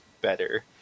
better